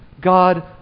God